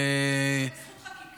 זה בזכות חקיקה.